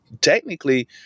technically